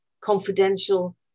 confidential